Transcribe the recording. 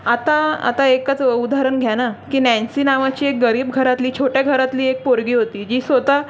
आता आता एकच उदाहरण घ्या ना की नॅनसी नावाची एक गरीब घरातली छोट्या घरातली एक पोरगी होती जी स्वतः